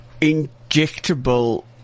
injectable